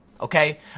Okay